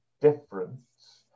difference